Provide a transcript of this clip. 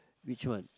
which one